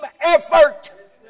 effort